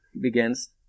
begins